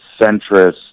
centrist